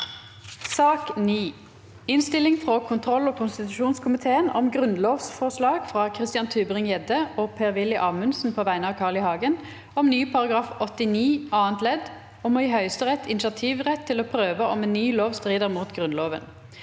Innstilling fra kontroll- og konstitusjonskomiteen om Grunnlovsforslag fra Christian Tybring-Gjedde og Per- Willy Amundsen på vegne av Carl I. Hagen om ny § 89 annet ledd (om å gi Høyesterett initiativrett til å prøve om en ny lov strider mot Grunnloven)